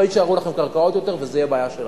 לא יישארו לכם יותר קרקעות וזו תהיה בעיה שלכם.